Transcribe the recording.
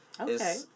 Okay